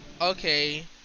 okay